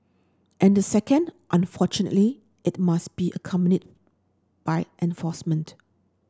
and the second unfortunately it must be accompanied by enforcement